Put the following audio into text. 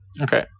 Okay